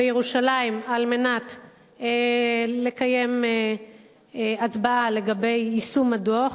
בירושלים על מנת לקיים הצבעה לגבי יישום הדוח,